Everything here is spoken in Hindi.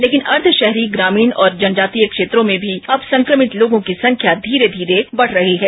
लेकिन अर्धशहरी ग्रामीण और जनजातीय क्षेत्रों में भी अब संक्रमित लोगों की संख्या धीरे धीरे बढ़ रही है